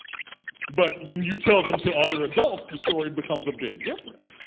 but when you tell them to other adults, the story becomes a bit different.